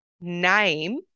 name